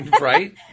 Right